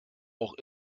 auch